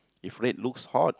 if red looks hot